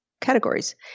categories